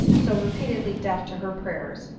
so repeatedly deaf to her prayers,